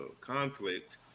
conflict